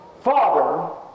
father